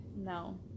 No